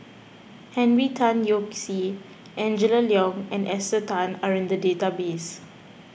Henry Tan Yoke See Angela Liong and Esther Tan are in the database